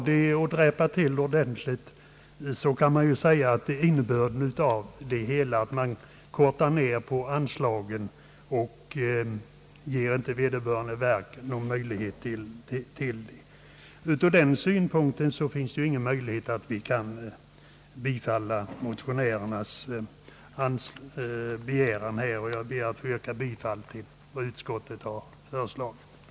Det blir ju följden av att man minskar på anslagen att vederbörande ämbetsverk inte får någon möjlighet att i full utsträckning sysselsätta sina anställda. Ur den synpunkt som här anförts finns det ingen möjlighet att tillmötesgå motionärernas önskemål, och jag ber därför att få yrka bifall till vad utskottet föreslagit. kanske inte orda så